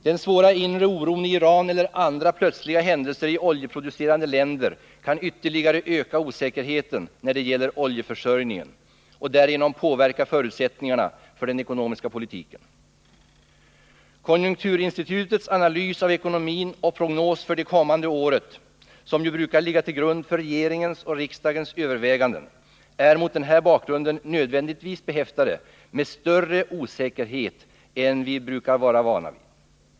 Den svåra inre oron i Iran eller andra plötsliga händelser i oljeproducerande länder kan ytterligare öka osäkerheten när det gäller oljeförsörjningen och därigenom påverka förutsättningarna för den ekonomiska politiken. Konjunkturinstitutets analys av ekonomin och prognos för det kommande året, som ju brukar ligga till grund för regeringens och riksdagens överväganden, är mot denna bakgrund nödvändigtvis behäftad med större osäkerhet än vad vi är vana vid.